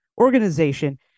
organization